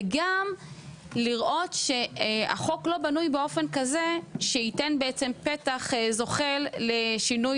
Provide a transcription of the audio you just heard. וגם לראות שהחוק לא בנוי באופן כזה שייתן בעצם פתח זוחל לשינוי,